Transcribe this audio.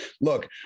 look